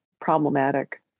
problematic